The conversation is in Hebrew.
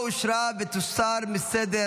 --- תרשום בעד.